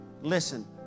listen